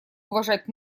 уважать